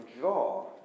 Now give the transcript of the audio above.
jaw